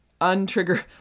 Untrigger